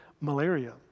malaria